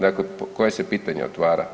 Dakle, koje se pitanje otvara?